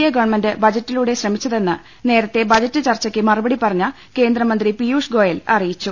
A government ബജ റ്റുകളിലൂടെ ശ്രമിച്ചതെന്ന് നേരത്തെ ബജറ്റ് ചർച്ചയ്ക്ക് മറു പടി പറഞ്ഞ കേന്ദ്രമന്ത്രി പീയൂഷ് ഗോയൽ അറിയിച്ചു